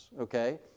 okay